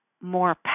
more